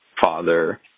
father